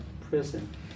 prison